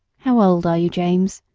how old are you, james?